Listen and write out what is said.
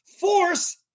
Force